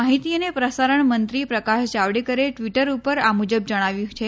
માહિતી અને પ્રસારણ મંત્રી પ્રકાશ જાવડેકરે ટ્વિટર ઉપર આ મુજબ જણાવ્યું છે